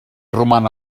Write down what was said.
roman